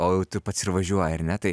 o jau tu pats ir važiuoji ar ne tai